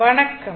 வணக்கம்